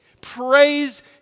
Praise